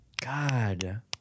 God